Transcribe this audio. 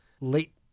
late